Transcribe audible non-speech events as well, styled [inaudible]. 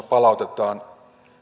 [unintelligible] palautetaan